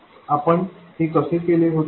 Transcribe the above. आपण हे कसे केले होते